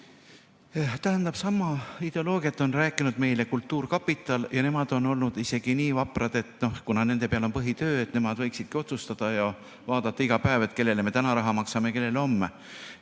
Tähendab, sama ideoloogiat on esindanud kultuurkapital ja nemad on olnud isegi nii vaprad, et on arvanud, et kuna nende peal on põhitöö, siis nemad võiksidki otsustada ja vaadata iga päev, kellele me täna raha maksame, kellele homme.